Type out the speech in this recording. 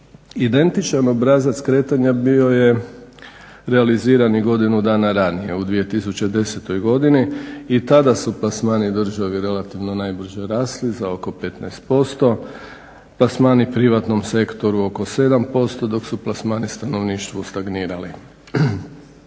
Identičan obrazac kretanja bio je realiziran i godinu dana ranije u 2010. godini i tada su plasmani državi relativno najbrže rasli za oko 15%, plasmani privatnom sektoru oko 7%, dok su plasmani stanovništvu stagnirali.